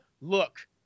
Look